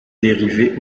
dérivé